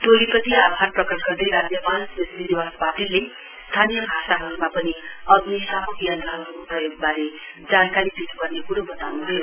टोलीप्रति आभार प्रकट गर्दै राज्यपाल श्री श्रीनिवास पाटिलले स्थानीय भाषाहरूमा पनि अग्निशामक यन्त्रहरूको प्रयोगबारे जानकारी दिनुपर्ने क्रो बताउनुभयो